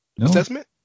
assessment